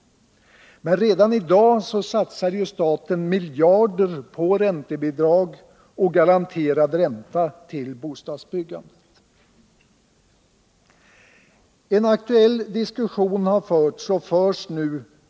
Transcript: Men redan i dag satsar ju staten miljarder på räntebidrag och garanterad ränta till bostadsbyggandet. En aktuell diskussion som har förts och som förs f. n.